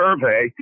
Survey